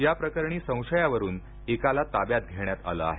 याप्रकरणी संशयावरून एकाला ताब्यात घेण्यात आलं आहे